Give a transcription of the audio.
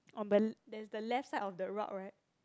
on the l~ there's the left side of the rock right